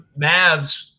Mavs